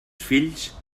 fills